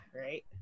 right